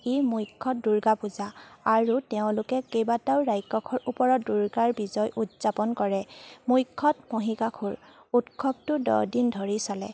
ই মুখ্য দুৰ্গা পূজা আৰু তেওঁলোকে কেইবাটাও ৰাক্ষসৰ ওপৰত দুৰ্গাৰ বিজয় উদযাপন কৰে মুখ্যত মহিষাসুৰ উৎসৱটো দহ দিন ধৰি চলে